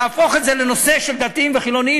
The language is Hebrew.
להפוך את זה לנושא של דתיים וחילונים,